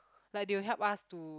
like they will help us to